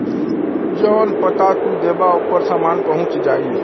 जौन पता तू देबा ओपर सामान पहुंच जाई